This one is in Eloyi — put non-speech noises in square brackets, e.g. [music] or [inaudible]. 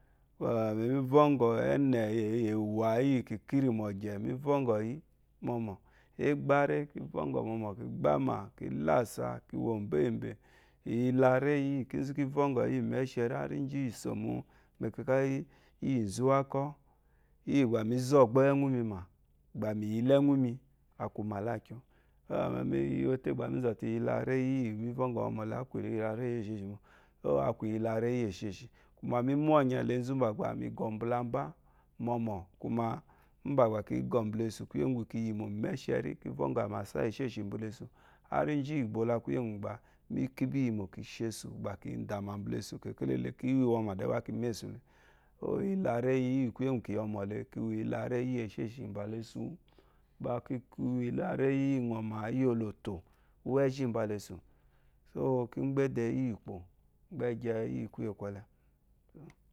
[hesitation] mbbà mí vɔgɔ ɛne éyáá íyíné mo gyé mbá mi vɔgɔ yí, ɛgbá ré mómò kilúú sà kíkókwò íyì mó kivɔngɔ yi mi shérécékà èyé èpé mò éká yí ízawakɔ íyímí zógbó wéwúmímó dán míyí lé wú mi ma lákyó ópú wú mí zɔté iyi lá réyílé ákú íyé lá ré yí iyé shé shé mbá mé ngɔ mbá lábá ákaú ézú mbá ɛshishi ari kivɔ ngɔ àmá sá íyé shíshí mbà lá esú mba bɔkɔ kigɔ mbə lezu, míméshè rí arí gíkigbo lákùyé ngɔ kíyè mó mbà lésù ki gbà ki go mbà lésui dẽ gbã kimésu dé iyi láréyí íyì kùyé ngú bɔkó kíyɔ mɔ lé àkúiɔ má ìyì lòtó ɛyigí mbá lé súlí só ki gbébé zú gbègyé